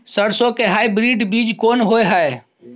सरसो के हाइब्रिड बीज कोन होय है?